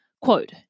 Quote